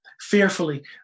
fearfully